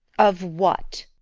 of what?